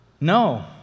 No